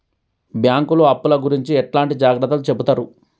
బ్యాంకులు అప్పుల గురించి ఎట్లాంటి జాగ్రత్తలు చెబుతరు?